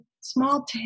small